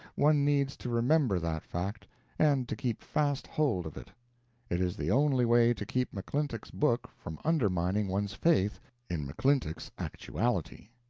one needs to remember that fact and to keep fast hold of it it is the only way to keep mcclintock's book from undermining one's faith in mcclintock's actuality.